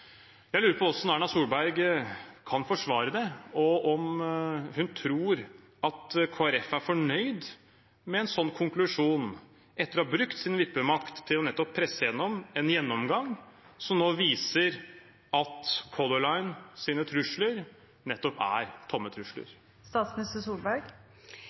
Jeg lurer på hvordan Erna Solberg kan forsvare det, og om hun tror at Kristelig Folkeparti er fornøyd med en sånn konklusjon etter å ha brukt sin vippemakt nettopp til å presse gjennom en gjennomgang som nå viser at Color Lines trusler nettopp er tomme